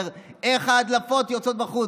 הוא אמר: איך ההדלפות יוצאות החוצה.